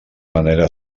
manera